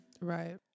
Right